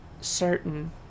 certain